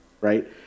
right